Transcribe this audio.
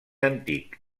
antic